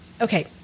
Okay